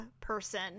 person